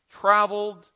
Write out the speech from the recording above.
traveled